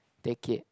take it